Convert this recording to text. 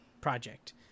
project